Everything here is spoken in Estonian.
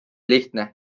lihtne